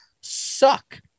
suck